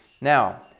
Now